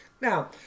now